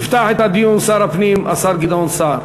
יפתח את הדיון שר הפנים, השר גדעון סער.